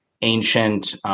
ancient